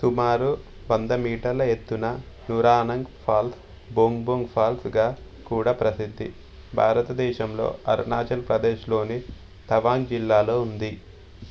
సుమారు వంద మీటర్ల ఎత్తున నురానంగ్ ఫాల్స్ బొంగ్ బొంగ్ ఫాల్స్గా కూడా ప్రసిద్ధి భారతదేశంలో అరుణాచల్ ప్రదేశ్లోని తవాంగ్ జిల్లాలో ఉంది